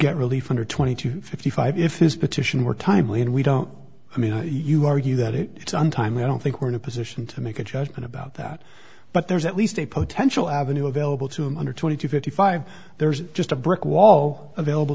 get relief under twenty to fifty five if his petition were timely and we don't i mean you argue that it sometimes i don't think we're in a position to make a judgment about that but there's at least a potential avenue available to him under twenty to fifty five there's just a brick wall available